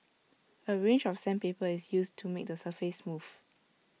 A range of sandpaper is used to make the surface smooth